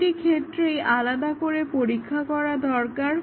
প্রতিটি ক্ষেত্রেই আলাদা করে পরীক্ষা করা দরকার